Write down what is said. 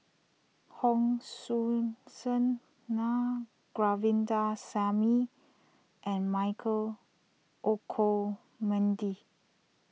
Hon Sui Sen Naa Govindasamy and Michael Olcomendy